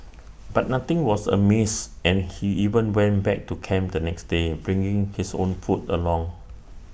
but nothing was amiss and he even went back to camp the next day bringing his own food along